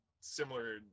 similar